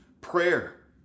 prayer